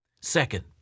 Second